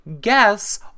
guess